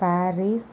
Paris